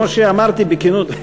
כמו שאמרתי בכנות.